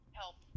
help